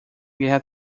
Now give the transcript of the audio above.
guerra